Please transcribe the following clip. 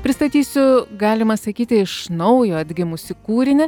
pristatysiu galima sakyti iš naujo atgimusį kūrinį